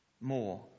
more